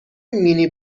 مینی